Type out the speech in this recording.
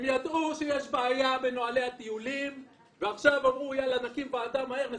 הם ידעו שיש בעיה בנהלי הטיולים ועכשיו אמרו שיקימו ועדה מהר כדי